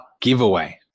giveaway